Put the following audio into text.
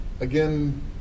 again